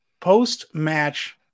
post-match